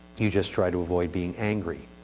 you just try to avoid being angry.